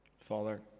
Father